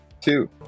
Two